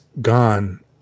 gone